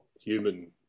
human